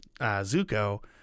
Zuko